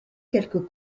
quelques